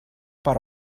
per